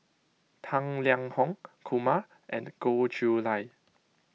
Tang Liang Hong Kumar and Goh Chiew Lye